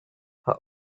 her